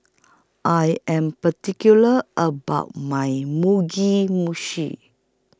I Am particular about My Mugi Meshi